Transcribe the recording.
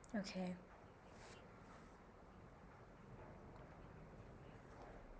okay